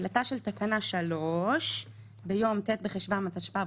תחילתה של תקנה 3 ביום ט' בחשון התשפ"ב,